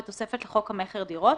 בתוספת לחוק המכר (דירות),